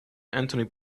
anthony